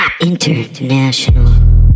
INTERNATIONAL